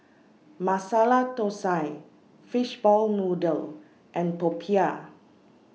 Masala Thosai Fishball Noodle and Popiah